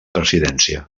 presidència